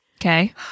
Okay